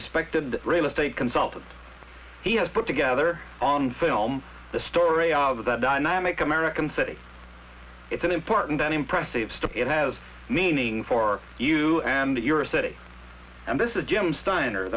respected real estate consultant he has put together on film the story of that dynamic american city it's an important and impressive step it has meaning for you and your a city and this is jim steiner